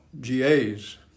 GAs